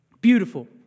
Beautiful